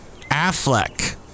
Affleck